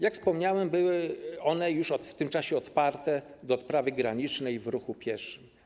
Jak wspomniałem, były one już w tym czasie otwarte do odprawy granicznej w ruchu pieszym.